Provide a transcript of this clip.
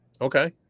Okay